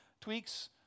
tweaks